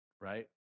right